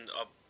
up